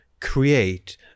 create